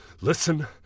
Listen